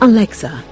Alexa